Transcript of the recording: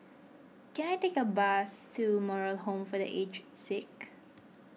can I take a bus to Moral Home for the Aged Sick